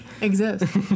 exist